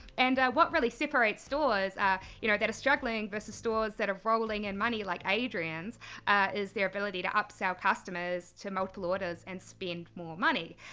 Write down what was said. and what really separates stores you know that are struggling versus stores that are rolling in money like adrian's is their ability to upsell customers to multiple orders and spend more money.